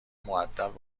مودب